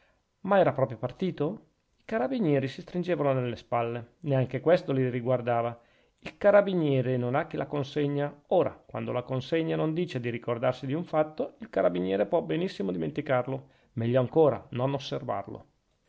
ma era proprio partito i carabinieri si stringevano nelle spalle neanche questo li riguardava il carabiniere non ha che la consegna ora quando la consegna non dice di ricordarsi di un fatto il carabiniere può benissimo dimenticarlo meglio ancora non osservarlo